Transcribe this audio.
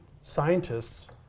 scientists